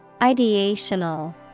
Ideational